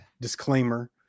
Disclaimer